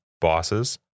bosses